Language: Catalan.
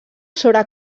sobre